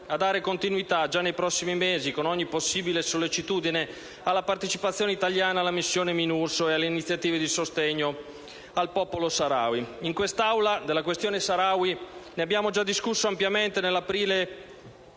a dare continuità, già nei prossimi mesi, con ogni possibile sollecitudine, alla partecipazione italiana alla missione Minurso e alle iniziative di sostegno al popolo Saharawi. In quest'Aula della questione Saharawi ne abbiamo già discusso ampiamente nell'aprile